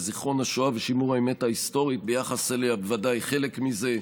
וזיכרון השואה ושימור האמת ההיסטורית ביחס אליה הם בוודאי חלק מזה.